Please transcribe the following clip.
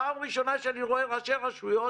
פעם ראשונה שאני רואה ראשי רשויות